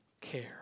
care